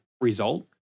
result